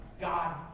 God